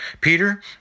Peter